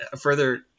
Further